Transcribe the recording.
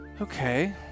Okay